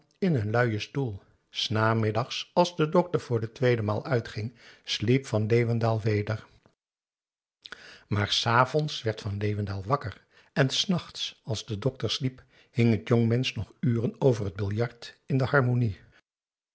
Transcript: in een luien stoel s namiddags als de dokter voor de tweede maal uitging sliep van leeuwendaal weder maar s avonds werd van leeuwendaal wakker en s nachts als de dokter sliep hing t jongmensch nog uren over het biljart in de